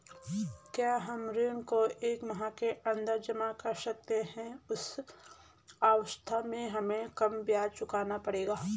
क्या हम ऋण को एक माह के अन्दर जमा कर सकते हैं उस अवस्था में हमें कम ब्याज चुकाना पड़ेगा?